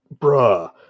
bruh